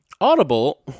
Audible